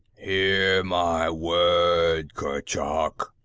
hear my word, kurchuk,